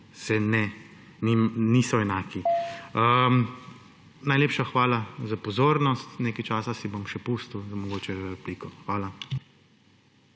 zadevi nista enaki. Najlepša hvala za pozornost. Nekaj časa si bom še pustil, mogoče za repliko. Hvala.